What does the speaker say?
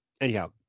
anyhow